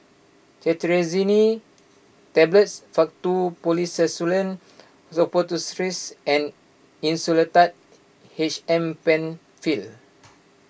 Cetirizine Tablets Faktu Policresulen Suppositories and Insulatard H M Penfill